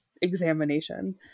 examination